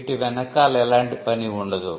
వీటి వెనుకాల ఎలాంటి పని వుండదు